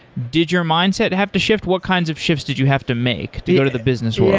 did your mindset have to shift? what kinds of shifts did you have to make to go to the business world?